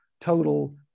total